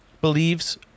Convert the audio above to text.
believes